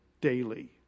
daily